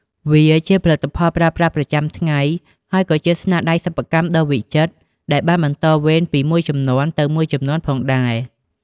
វាជាផលិតផលប្រើប្រាស់ប្រចាំថ្ងៃ ហើយក៏ជាស្នាដៃសិប្បកម្មដ៏វិចិត្រដែលបានបន្តវេនពីជំនាន់មួយទៅជំនាន់មួយផងដែរ។